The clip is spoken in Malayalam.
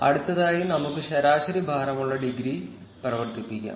അടുത്തതായി നമുക്ക് ശരാശരി ഭാരമുള്ള ഡിഗ്രി പ്രവർത്തിപ്പിക്കാം